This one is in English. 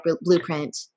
blueprint